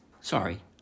Sorry